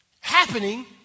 happening